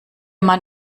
mann